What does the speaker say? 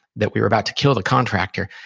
that we were about to kill the contractor.